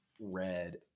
red